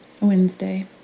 Wednesday